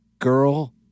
Girl